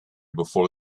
before